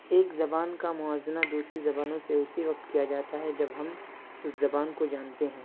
ایک زبان کا موازنہ دوسری زبانوں سے اسی وقت کیا جاتا ہے جب ہم اس زبان کو جانتے ہیں